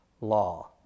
law